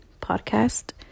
podcast